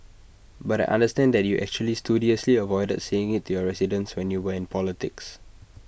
but I understand that you actually studiously avoided saying IT to your residents when you when politics